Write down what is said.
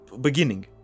beginning